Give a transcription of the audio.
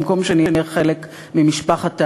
במקום שנהיה חלק ממשפחת העמים,